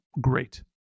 great